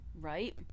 Right